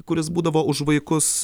kuris būdavo už vaikus